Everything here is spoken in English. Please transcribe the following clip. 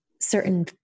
certain